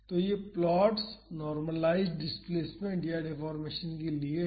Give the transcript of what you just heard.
तो ये plots normalized displacement या डेफोर्मेशन के लिए हैं